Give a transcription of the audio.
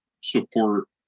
support